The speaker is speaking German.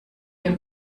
dem